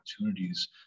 opportunities